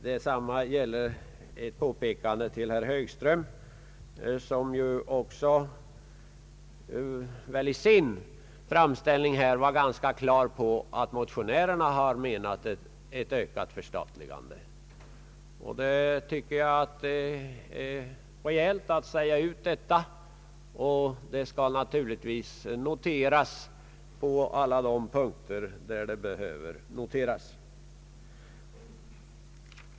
Detsamma gäller beträffande herr Högström, som väl också i sin framställning var på det klara med att motionärerna har menat ett ökat förstatligande. Jag tycker att det är rejält att säga som det är. Det skall naturligtvis noteras på alla de punkter där det behöver noteras.